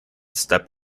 step